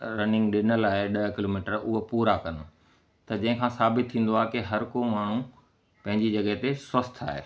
running ॾिनल आहे ॾह किलोमीटर उहा पूरा कनि त जंहिं खां साबित थींदो आहे की हर को माण्हू पंहिंजी जॻहि ते स्वस्थ आहे